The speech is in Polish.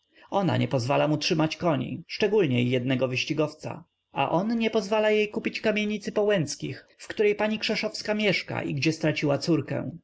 ona nie pozwala mu trzymać koni szczególniej jednego wyścigowca a on nie pozwala jej kupić kamienicy po łęckich w której pani krzeszowska mieszka i gdzie straciła córkę